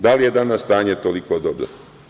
Da li je danas stanje toliko dobro?